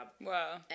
Wow